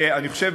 אני חושב,